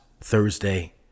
Thursday